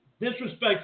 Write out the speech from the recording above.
disrespect